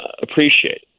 appreciate